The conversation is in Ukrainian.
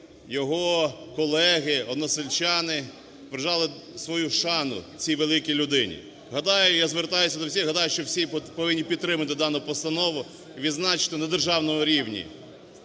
його колеги, односельчани вражали свою шану цій великій людині. Гадаю, я звертаюся до всіх, гадаю, що всі повинні підтримати дану постанову і відзначити на державному рівні